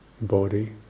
body